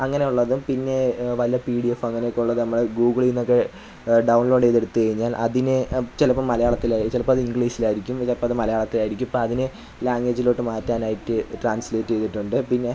അങ്ങനെ ഉള്ളതും പിന്നെ വല്ല പി ഡി എഫ് അങ്ങനൊക്കെയുള്ള നമ്മളെ ഗൂഗിളില്നിന്നൊക്കെ ഡൗൺലോഡ് ചെയ്തെടുത്ത് കഴിഞ്ഞാൽ അതിനെ ചിലപ്പോള് മലയാളത്തില് ചിലപ്പോഴത് ഇംഗ്ലീഷിലായിരിക്കും ചിലപ്പോഴത് മലയാളത്തിലായിരിക്കും അതിനെ ലാംഗ്വേജിലോട്ട് മാറ്റാനായിറ്റ് ട്രാൻസ്ലേറ്റ് ചെയ്തിട്ടുണ്ട് പിന്നെ